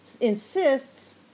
insists